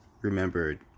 remembered